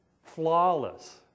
flawless